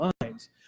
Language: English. lines